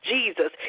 Jesus